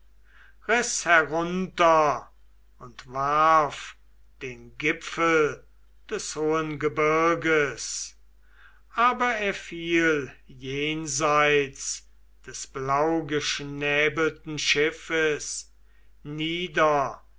herunter und warf den gipfel des hohen gebirges aber er fiel jenseits des blaugeschnäbelten schiffes nieder